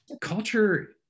culture